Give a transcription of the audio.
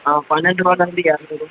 ஆ பன்னெண்டு ருபாலேருந்து இரநூறு